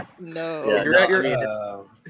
no